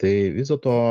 tai vis dėl to